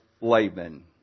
Laban